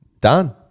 done